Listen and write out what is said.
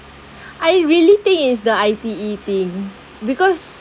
I really think it's the I_T_E thing because